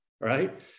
right